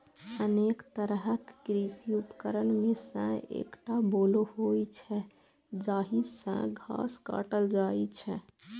अनेक तरहक कृषि उपकरण मे सं एकटा बोलो होइ छै, जाहि सं घास काटल जाइ छै